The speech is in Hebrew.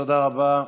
תודה רבה.